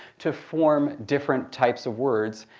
to form different types of words.